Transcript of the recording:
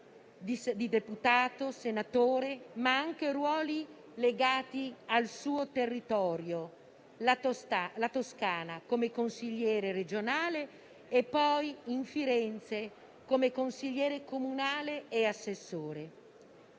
di deputato e senatore, ma anche ruoli legati al suo territorio, la Toscana: come consigliere regionale e poi, a Firenze, come consigliere comunale e assessore.